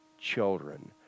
children